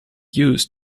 used